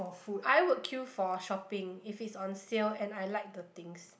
I would queue for shopping if it's on sale and I like the things